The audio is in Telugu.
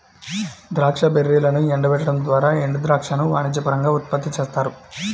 ద్రాక్ష బెర్రీలను ఎండబెట్టడం ద్వారా ఎండుద్రాక్షను వాణిజ్యపరంగా ఉత్పత్తి చేస్తారు